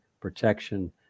protection